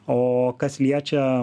o kas liečia